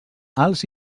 alts